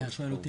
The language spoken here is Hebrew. היה שואל אותי,